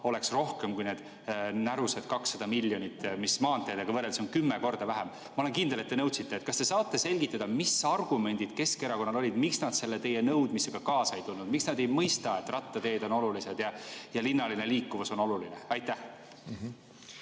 oleks suurem kui need närused 200 miljonit eurot. Seda raha on maanteedega võrreldes kümme korda vähem. Ma olen kindel, et te nõudsite seda. Kas te saate selgitada, mis argumendid Keskerakonnal olid, et nad teie nõudmisega kaasa ei tulnud? Miks nad ei mõista, et rattateed on olulised ja linnaline liikuvus on oluline? Aitäh,